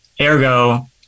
Ergo